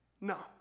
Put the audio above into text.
No